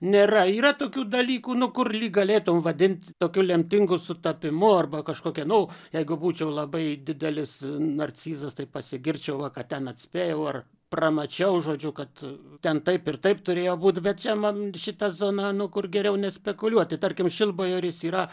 nėra yra tokių dalykų nu kur lyg galėtum vadinti tokiu lemtingu sutapimu arba kažkokia nu jeigu būčiau labai didelis narcizas tai pasiginčyčiau va kad ten atspėjau ar pra mačiau žodžiu kad ten taip ir taip turėjo būti bet čia man šita zona nu kur geriau nespekuliuoti tarki šilbajoris yra